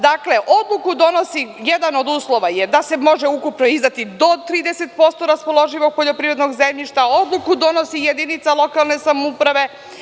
Dakle, jedan od uslova je da se može ukupno izdati do 30% raspoloživog poljoprivrednog zemljišta, a odluku donosi jedinica lokalne samouprave.